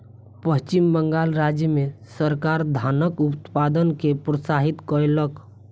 पश्चिम बंगाल राज्य मे सरकार धानक उत्पादन के प्रोत्साहित कयलक